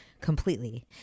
completely